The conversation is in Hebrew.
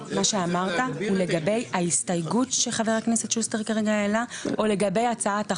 מה שאמרת לגבי ההסתייגות שחבר הכנסת שוסטר כרגע העלה או לגבי הצעת החוק.